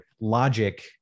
logic